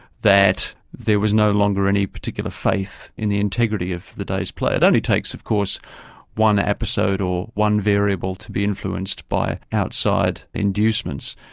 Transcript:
that there was no longer any particular faith in the integrity of the day's play. it only takes of course one episode, or one variable to be influenced by outside inducements,